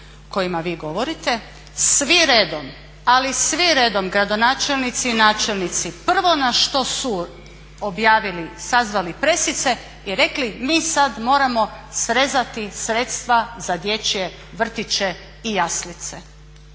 kojima vi govorite svi redom, ali svi redom gradonačelnici i načelnici prvo na što su objavili, sazvali presice i rekli mi sada moramo srezati sredstva za dječje vrtiće i jaslice.